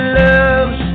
loves